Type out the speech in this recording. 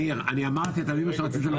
ניר, אתה מבין מה שרציתי לומר.